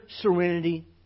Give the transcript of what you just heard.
serenity